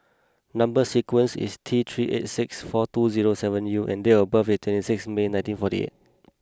number sequence is T three eight six four two zero seven U and date of birth is twenty six May nineteen forty eight